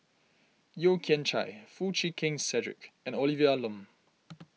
Yeo Kian Chye Foo Chee Keng Cedric and Olivia Lum